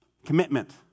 commitment